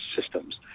systems